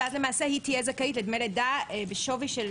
ואז למעשה היא תהיה זכאית לדמי לידה בשווי של